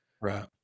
Right